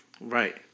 Right